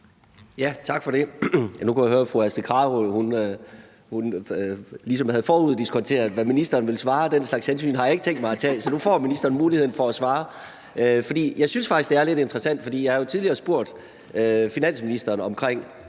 Tak for det. Nu kunne jeg høre, at fru Astrid Carøe ligesom havde foruddiskonteret, hvad ministeren ville svare, men den slags hensyn har jeg ikke tænkt mig at tage, så nu får ministeren muligheden for at svare. Jeg synes faktisk, det er lidt interessant, for jeg har jo tidligere spurgt finansministeren om